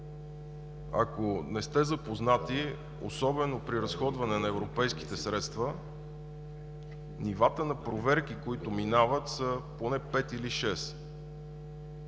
ако не сте запознати, особено при разходване на европейските средства, нивата на проверки, които минават, са поне пет или